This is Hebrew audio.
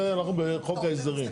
זה אנחנו בחוק ההסדרים.